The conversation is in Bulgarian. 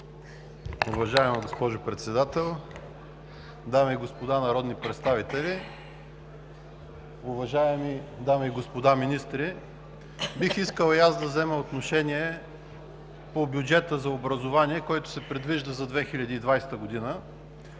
Уважаема госпожо Председател, дами и господа народни представители, уважаеми дами и господа министри! Бих искал и аз да взема отношение по бюджета за образование, който се предвижда за 2020 г.